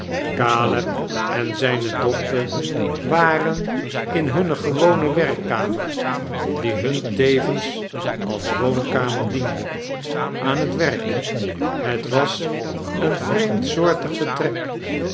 en zijne dochter waren in hunne gewone werkkamer die hun tevens als woonkamer diende aan het werk het was een vreemdsoortig vetrtrek